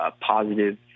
positive